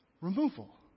removal